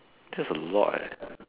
that's a lot leh